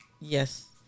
Yes